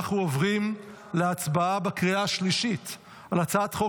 אנחנו עוברים להצבעה בקריאה השלישית על הצעת חוק